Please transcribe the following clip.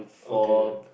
okay